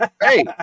Hey